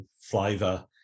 flavor